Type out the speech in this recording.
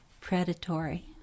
predatory